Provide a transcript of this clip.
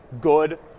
good